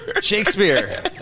Shakespeare